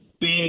big